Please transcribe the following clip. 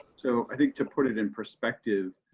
so, i think, to put it in perspective.